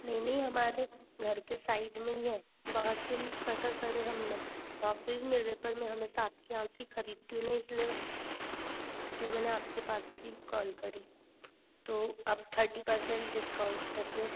नहीं नहीं हमारे घर के साइड में ही है वहाँ से पता करें हमने वहाँ पे भी मिल रहे पर मैं हमेशा आपके यहाँ से ही खरीदती हूँ ना इसलिए इसलिए मैंने आपके पास ही कॉल करी तो आप थर्टी परसेंट डिस्काउंट करिए